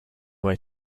way